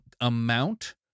amount